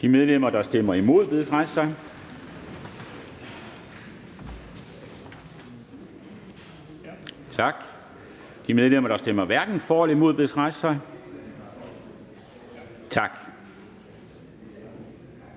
De medlemmer, der stemmer imod, bedes rejse sig. Tak. De medlemmer, der stemmer hverken for eller imod, bedes rejse sig. Tak.